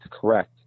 correct